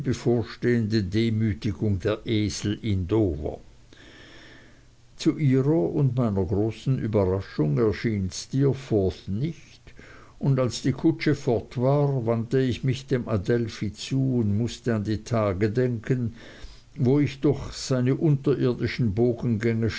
bevorstehende demütigung der esel in dover zu ihrer und meiner großen überraschung erschien steerforth nicht und als die kutsche fort war wandte ich mich dem adelphi zu und mußte an die tage denken wo ich durch seine unterirdischen